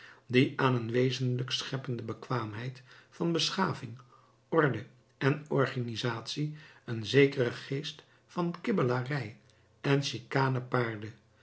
die aan een wezenlijk scheppende bekwaamheid van beschaving orde en organisatie een zekeren geest van kibbelarij en chicane paarde